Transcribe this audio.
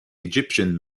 egyptian